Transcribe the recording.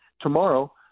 tomorrow